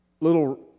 little